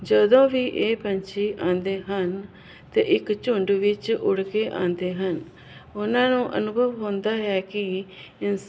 ਜਦੋਂ ਵੀ ਇਹ ਪੰਛੀ ਆਉਂਦੇ ਹਨ ਤੇ ਇੱਕ ਝੁੰਡ ਵਿੱਚ ਉੜ ਕੇ ਆਉਂਦੇ ਹਨ ਉਹਨਾਂ ਨੂੰ ਅਨੁਭਵ ਹੁੰਦਾ ਹੈ ਕੀ